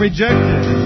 Rejected